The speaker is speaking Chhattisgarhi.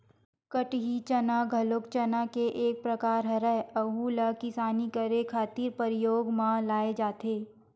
कटही चना घलो चना के एक परकार हरय, अहूँ ला किसानी करे खातिर परियोग म लाये जाथे